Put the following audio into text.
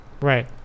right